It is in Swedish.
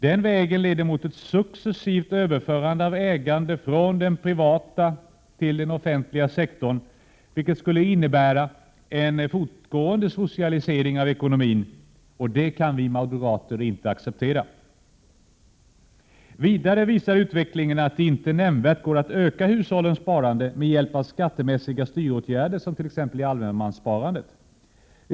Denna väg leder mot ett successivt överförande av ägande från den privata till den offentliga sektorn, vilket skulle innebära en fortgående socialisering av ekonomin. Det kan vi moderater inte acceptera. Vidare visar utvecklingen att det inte nämnvärt går att öka hushållens sparande med hjälp av skattemässiga styråtgärder, som t.ex. i allemanssparandet.